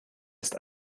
ist